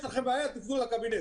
אם יש לכם בעיה, תיפנו לקבינט.